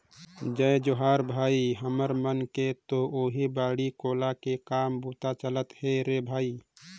जय जोहार भाई, हमर मन के तो ओहीं बाड़ी कोला के काम बूता चलत हे रे भइया